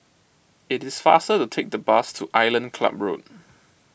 it is faster to take the bus to Island Club Road